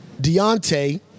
Deontay